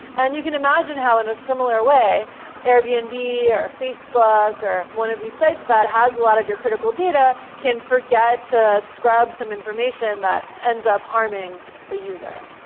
and you can imagine how in a similar way airbnb, or facebook, or one of these sites that has a lot of your critical data can forget to scrub some information that ends up harming the user.